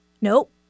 nope